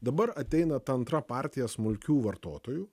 dabar ateina ta antra partija smulkių vartotojų